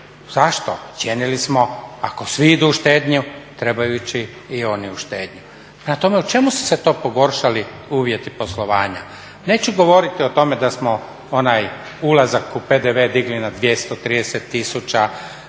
Zašto? Ocijenili smo ako svi idu u štednju trebaju ići i oni u štednju. Prema tome u čemu su se to pogoršali uvjeti poslovanja? Neću govoriti o tome da smo onaj ulazak u PDV digli na 230 tisuća,